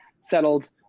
settled